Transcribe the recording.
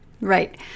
Right